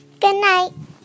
Goodnight